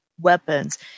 weapons